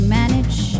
manage